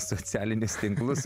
socialinius tinklus